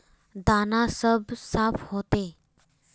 दाना सब साफ होते?